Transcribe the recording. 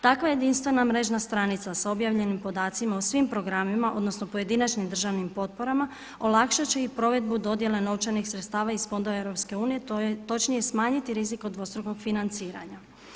Takva jedinstvena mrežna stranica sa objavljenim podacima o svim programima odnosno pojedinačnim državnim potporama olakšati će i provedbu dodjele novčanih sredstava iz fondova EU, to je, točnije smanjiti rizik od dvostrukog financiranja.